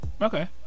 Okay